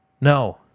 No